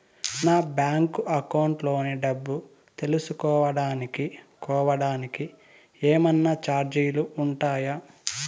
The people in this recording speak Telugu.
నా బ్యాంకు అకౌంట్ లోని డబ్బు తెలుసుకోవడానికి కోవడానికి ఏమన్నా చార్జీలు ఉంటాయా?